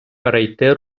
перейти